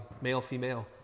male-female